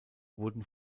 wurden